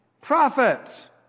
prophets